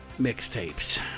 mixtapes